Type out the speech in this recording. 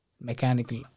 Mechanical